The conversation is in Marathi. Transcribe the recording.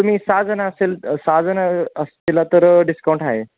तुम्ही सहा जण असेल सहा जण असतील तर डिस्काउंट आहे